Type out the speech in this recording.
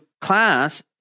class